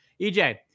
EJ